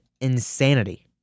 insanity